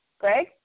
Greg